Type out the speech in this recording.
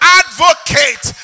advocate